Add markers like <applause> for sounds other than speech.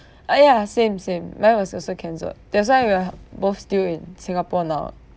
<breath> uh yeah same same mine was also cancelled that's why we are both still in singapore now [what]